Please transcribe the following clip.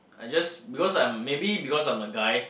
I just because I'm maybe because I'm a guy